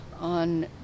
on